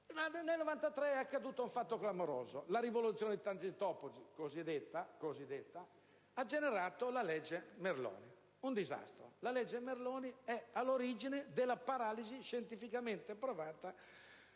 Nel 1993 è però accaduto un fatto clamoroso. La cosiddetta rivoluzione di Tangentopoli ha generato la legge Merloni: un disastro! La legge Merloni è all'origine della paralisi, scientificamente provata,